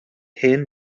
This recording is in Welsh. hen